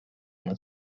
nad